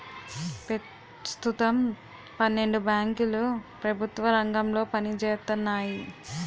పెస్తుతం పన్నెండు బేంకులు ప్రెభుత్వ రంగంలో పనిజేత్తన్నాయి